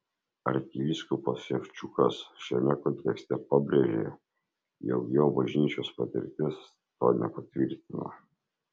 arkivyskupas ševčukas šiame kontekste pabrėžė jog jo bažnyčios patirtis to nepatvirtina